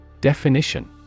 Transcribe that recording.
Definition